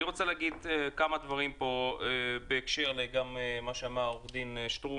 אני רוצה לומר כמה דברים בהקשר למה שאמר מר שטרום.